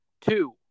two